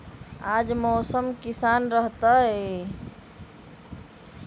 आज मौसम किसान रहतै?